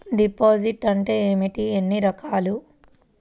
Deposit అంటే ఏమిటీ ఎన్ని రకాలు?